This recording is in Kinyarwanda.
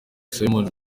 simon